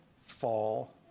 fall